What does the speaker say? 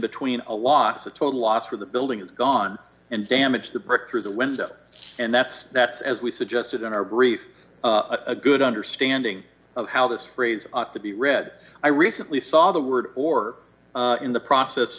between a loss of total loss for the building has gone and damage the brick through the window and that's that's as we suggested in our brief a good understanding of how this phrase ought to be read i recently saw the word or in the process